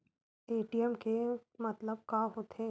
ATM के मतलब का होथे?